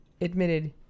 admitted